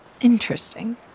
interesting